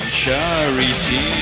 charity